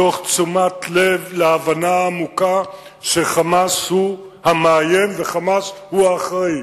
תוך תשומת לב להבנה העמוקה ש"חמאס" הוא המאיים ו"חמאס" הוא האחראי,